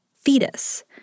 fetus